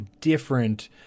different